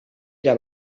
era